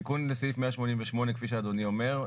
התיקון לסעיף 188 כפי שאדוני אומר,